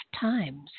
times